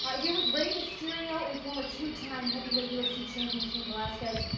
here with rey mysterio and former two time heavyweight ufc champion cain velasquez.